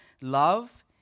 love